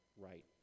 right